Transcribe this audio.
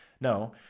No